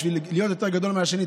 בשביל להיות יותר גדול מהשני,